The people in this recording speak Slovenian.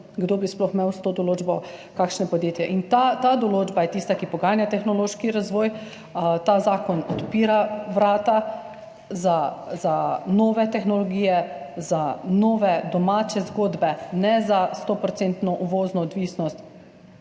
kdo bi sploh imel s to določbo kakšno podjetje. Ta določba je tista, ki poganja tehnološki razvoj. Ta zakon odpira vrata za nove tehnologije, za nove domače zgodbe, ne za stoodstotno uvozno odvisnost.